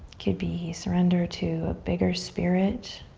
could be surrender to a bigger spirit.